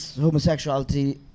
homosexuality